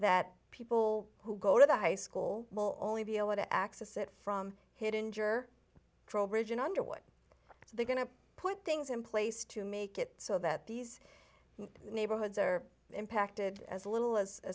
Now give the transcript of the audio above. that people who go to the high school will only be able to access it from hit injure trowbridge and underwood so they're going to put things in place to make it so that these neighborhoods are impacted as little as